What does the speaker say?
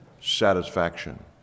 satisfaction